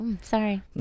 Sorry